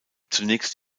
zunächst